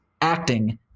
acting